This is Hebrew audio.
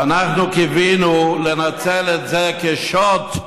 אנחנו קיווינו לנצל את זה כשוט,